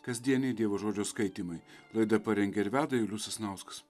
kasdieniai dievo žodžio skaitymai laidą parengė ir veda julius sasnauskas